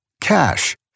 cash